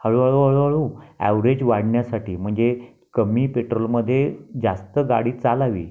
हळूहळू हळूहळू ॲव्हरेज वाढण्यासाठी म्हणजे कमी पेट्रोलमध्ये जास्त गाडी चालावी